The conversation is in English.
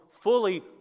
fully